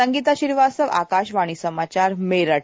संगीता श्रीवास्तव आकाशवाणी समाचार मेरठ